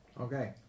Okay